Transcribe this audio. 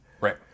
Right